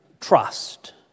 trust